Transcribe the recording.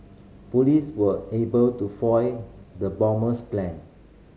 police were able to foil the bomber's plan